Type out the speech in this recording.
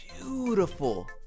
beautiful